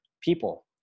people